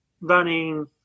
running